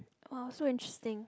!wow! so interesting